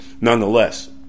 nonetheless